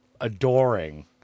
adoring